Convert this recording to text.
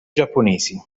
giapponesi